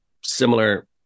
similar